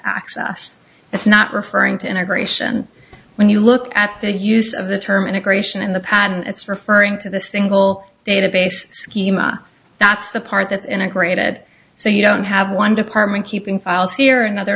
access it's not referring to integration when you look at the use of the term integration in the past and it's referring to the single database schema that's the part that's integrated so you don't have one department keeping files here another